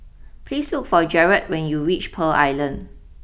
please look for Jarrett when you reach Pearl Island